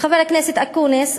חבר הכנסת אקוניס,